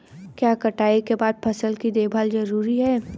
क्या कटाई के बाद फसल की देखभाल जरूरी है?